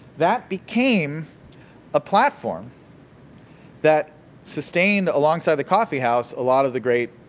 that became a platform that sustained alongside the coffeehouse, a lot of the great,